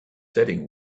setting